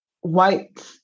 white